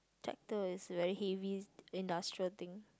tractor is very heavy industrial thing